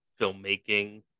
filmmaking